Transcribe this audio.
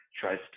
tries